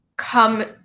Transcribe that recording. come